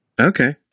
Okay